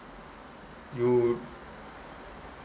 you